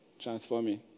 transforming